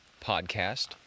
Podcast